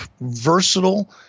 versatile